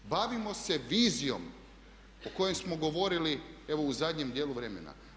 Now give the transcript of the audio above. Bavimo se vizijom o kojoj smo govorili evo u zadnjem dijelu vremena.